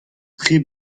tri